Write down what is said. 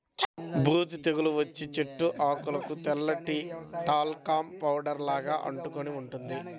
బూజు తెగులు వచ్చిన చెట్టు ఆకులకు తెల్లటి టాల్కమ్ పౌడర్ లాగా అంటుకొని ఉంటుంది